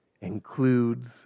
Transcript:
includes